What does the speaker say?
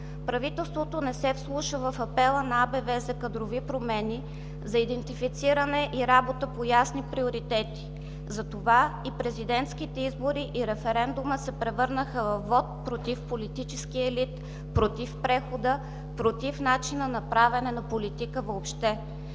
Правителството не се вслуша в апела на АБВ за кадрови промени, за идентифициране и работа по ясни приоритети. Затова и президентските избори, и референдумът се превърнаха във вот против политическия елит, против прехода, против начина на правене на политика въобще.